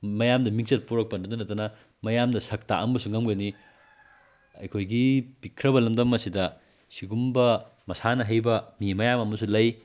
ꯃꯌꯥꯝꯗ ꯃꯤꯡꯆꯠ ꯄꯣꯔꯛꯄꯗꯇ ꯅꯠꯇꯅ ꯃꯌꯥꯝꯗ ꯁꯛ ꯇꯥꯛꯑꯝꯕꯁꯨ ꯉꯝꯒꯅꯤ ꯑꯩꯈꯣꯏꯒꯤ ꯄꯤꯛꯈ꯭ꯔꯕ ꯂꯝꯗꯝ ꯑꯁꯤꯗ ꯁꯤꯒꯨꯝꯕ ꯃꯁꯥꯟꯅ ꯍꯩꯕ ꯃꯤ ꯃꯌꯥꯝ ꯑꯃꯁꯨ ꯂꯩ